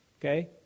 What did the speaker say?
okay